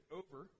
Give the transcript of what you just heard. over